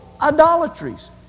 idolatries